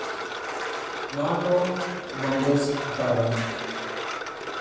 ᱱᱚᱣᱟ ᱠᱚ ᱵᱚᱱᱫᱮᱡᱽ ᱦᱟᱛᱟᱣ ᱜᱟᱱᱚᱜᱼᱟ